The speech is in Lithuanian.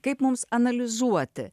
kaip mums analizuoti